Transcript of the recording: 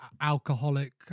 alcoholic